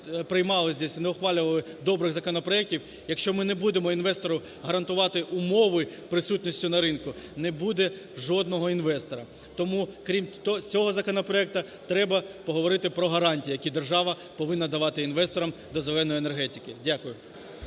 приймализдесь і не ухвалювали добрих законопроектів, якщо ми не будемо інвестору гарантувати умови присутністю на ринку, не буде жодного інвестора. Тому, крім цього законопроекту, треба поговорити про гарантії, які держава повинна давати інвесторам для "зеленої" енергетики. Дякую.